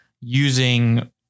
using